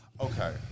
Okay